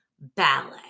ballet